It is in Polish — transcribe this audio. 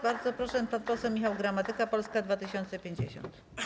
Bardzo proszę, pan poseł Michał Gramatyka, Polska 2050.